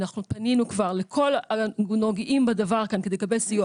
אנחנו פנינו כבר לכל הנוגעים בדבר כאן כדי לסייע.